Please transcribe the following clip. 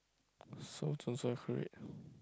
so to